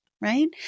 right